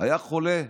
היה חולה,